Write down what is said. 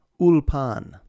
Ulpan